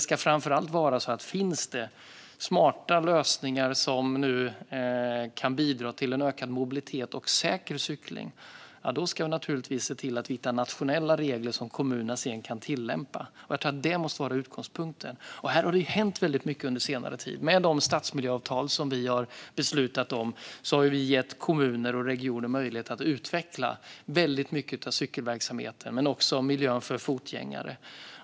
Framför allt ska det vara så här: Finns det smarta lösningar som kan bidra till en ökad mobilitet och säker cykling ska vi naturligtvis se till att vi hittar nationella regler som kommunerna sedan kan tillämpa. Jag tror att det måste vara utgångspunkten. Här har det hänt väldigt mycket under senare tid. Med de stadsmiljöavtal som vi har beslutat om har vi gett kommuner och regioner möjlighet att utveckla mycket av cykelverksamheten men också miljön för fotgängare.